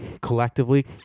Collectively